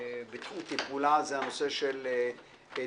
בתחום טיפולה, נושא הדיור.